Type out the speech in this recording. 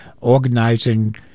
organizing